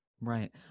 Right